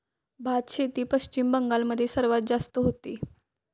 भातशेती पश्चिम बंगाल मध्ये सर्वात जास्त होते